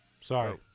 Sorry